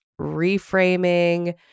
reframing